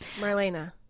Marlena